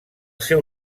seu